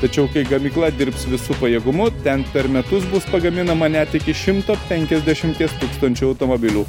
tačiau kai gamykla dirbs visu pajėgumu ten per metus bus pagaminama net iki šimto penkiasdešimties tūkstančių automobilių